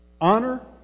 Honor